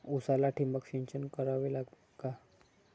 उसाला ठिबक सिंचन करावे का?